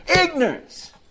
ignorance